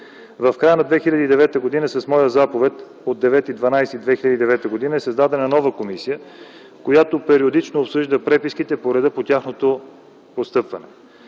В края на 2009 г. с моя заповед от 9 декември 2009 г. е създадена нова комисия, която периодично обсъжда преписките по реда на тяхното постъпване.